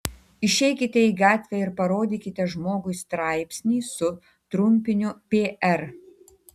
išeikite į gatvę ir parodykite žmogui straipsnį su trumpiniu pr